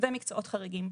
ומקצועות חריגים.